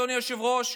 אדוני היושב-ראש,